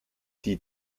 die